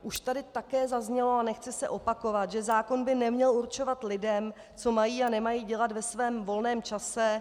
Už tady také zaznělo, a nechci se opakovat, že zákon by neměl určovat lidem, co mají a nemají dělat ve svém volném čase.